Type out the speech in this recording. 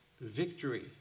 victory